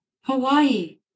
Hawaii